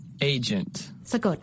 Agent